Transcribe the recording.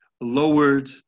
lowered